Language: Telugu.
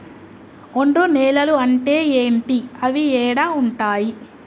ఒండ్రు నేలలు అంటే ఏంటి? అవి ఏడ ఉంటాయి?